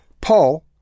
Paul